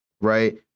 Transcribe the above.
right